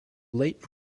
late